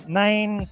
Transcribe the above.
nine